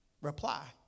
reply